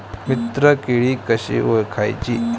मित्र किडी कशी ओळखाची?